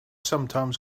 sometimes